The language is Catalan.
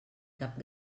cap